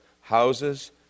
Houses